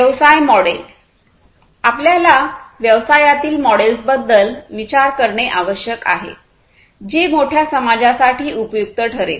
व्यवसाय मॉडेल आपल्याला व्यवसायातील मॉडेल्सबद्दल विचार करणे आवश्यक आहे जे मोठ्या समाजासाठी उपयुक्त ठरेल